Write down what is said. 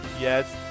Yes